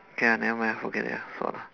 okay ah never mind ah forget it sua lah